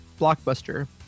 Blockbuster